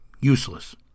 useless